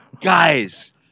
Guys